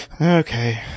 Okay